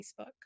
facebook